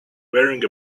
wearing